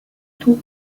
tout